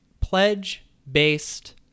pledge-based